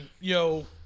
yo